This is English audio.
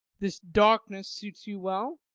this darkness suits you well.